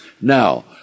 Now